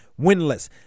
winless